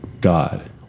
God